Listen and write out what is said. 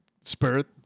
spirit